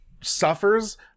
suffers